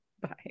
bye